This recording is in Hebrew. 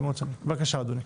בבקשה, אדוני.